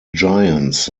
giants